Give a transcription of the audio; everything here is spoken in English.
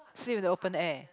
still with the open air